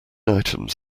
items